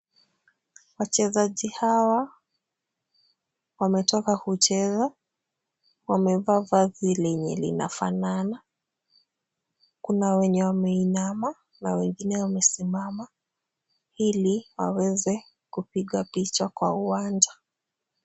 Wachezaji hawa wametoka kucheza. Wamevaa vazi lenye linafanana. Kuna wenye wameinama na wengine wamesimama ili waweze kupiga picha kwa uwanja.